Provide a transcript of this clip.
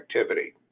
activity